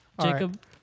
Jacob